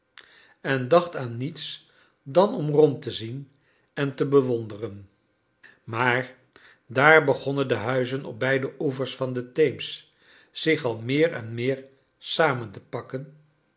en dacht aan niets dan om rond te zien en te bewonderen maar daar begonnen de huizen op beide oevers van de theems zich al meer en meer samen te pakken